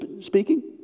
speaking